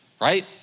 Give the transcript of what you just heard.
right